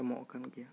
ᱮᱢᱚᱜ ᱠᱟᱱ ᱜᱮᱭᱟ